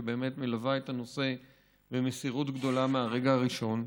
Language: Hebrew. שבאמת מלווה את הנושא במסירות גדולה מהרגע הראשון,